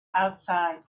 outside